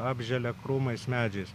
apželia krūmais medžiais